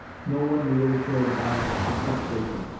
no one really cared about it except bacon.